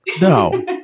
No